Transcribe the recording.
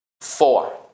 Four